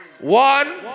one